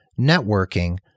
networking